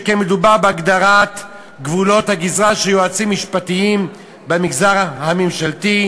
שכן מדובר בהגדרת גבולות הגזרה של יועצים משפטיים במגזר הממשלתי.